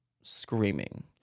screaming